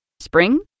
Spring